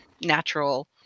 natural